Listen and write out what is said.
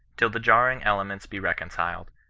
till the jarring elements be reconciled,